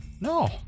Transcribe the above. No